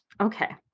Okay